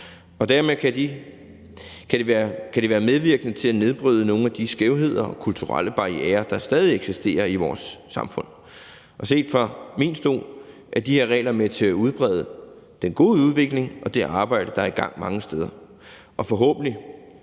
og dermed kan det være medvirkende til at nedbryde nogle af de skævheder og kulturelle barrierer, der stadig eksisterer i vores samfund. Set fra min stol er de her regler med til at udbrede den gode udvikling og det arbejde, der er i gang mange steder, og forhåbentlig